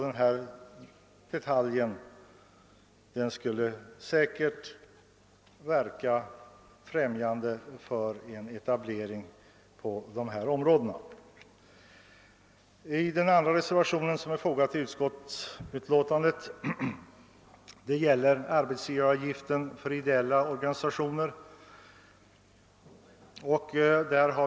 Den här detaljen skulle säkert främja en etablering i området. Den andra reservationen till betänkandet gäller arbetsgivaravgiften för ideella organisationer.